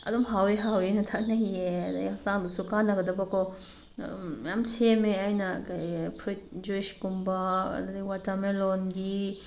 ꯑꯗꯨꯝ ꯍꯥꯎꯋꯦ ꯍꯥꯎꯋꯦꯅ ꯊꯛꯅꯩꯌꯦ ꯑꯗꯒꯤ ꯍꯛꯆꯥꯡꯗꯁꯨ ꯀꯥꯟꯅꯒꯗꯕꯀꯣ ꯑꯗꯨꯝ ꯃꯌꯥꯝ ꯁꯦꯝꯃꯦ ꯑꯩꯅ ꯀꯔꯤ ꯐ꯭ꯔꯨꯏꯠ ꯖꯨꯏꯁꯀꯨꯝꯕ ꯑꯗꯨꯗꯒꯤ ꯋꯥꯇꯔ ꯃꯦꯂꯣꯟꯒꯤ